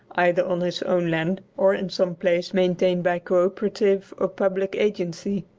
either on his own land or in some place maintained by co-operative or public agency.